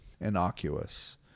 innocuous